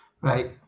Right